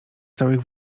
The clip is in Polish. całych